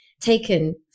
taken